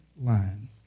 line